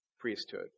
Priesthood